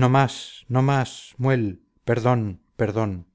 no más no más muel perdón perdón